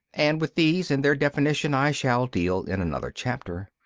and with these and their definition i shall deal in another chapter.